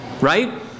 Right